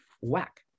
Whack